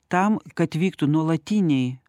tam kad vyktų nuolatiniai